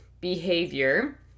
behavior